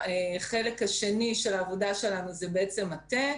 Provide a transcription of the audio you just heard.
החלק השני של העבודה שלנו זה בעצם מטה,